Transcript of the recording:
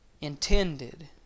intended